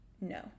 no